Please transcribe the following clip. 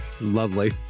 Lovely